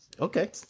Okay